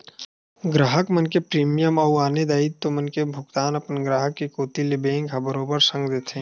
गराहक मन के प्रीमियम अउ आने दायित्व मन के भुगतान अपन ग्राहक के कोती ले बेंक ह बरोबर संग देथे